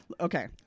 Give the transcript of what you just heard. Okay